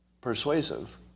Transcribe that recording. persuasive